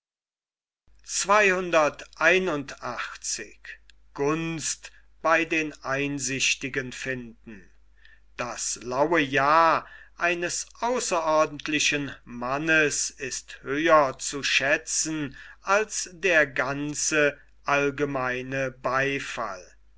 das laue ja eines außerordentlichen mannes ist höher zu schätzen als der ganze allgemeine beifall